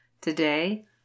Today